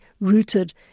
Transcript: rooted